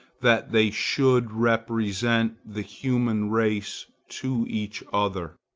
that they should represent the human race to each other.